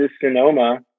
Sonoma